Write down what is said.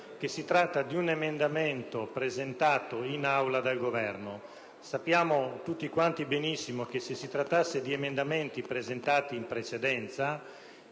che questo è un emendamento presentato in Aula dal Governo. Sappiamo tutti quanti benissimo che, se si trattasse di emendamenti presentati in precedenza,